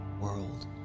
world